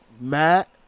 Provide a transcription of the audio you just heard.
Matt